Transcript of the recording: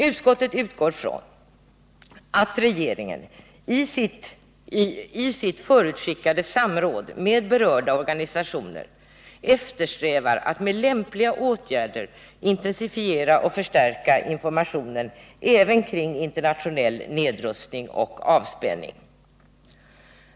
Utskottet utgår ifrån att regeringen i sitt förutskickade samråd med berörda organisationer eftersträvar att med lämpliga åtgärder intensifiera och förstärka informationen även kring internationell nedrustning och avspänning.